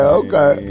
okay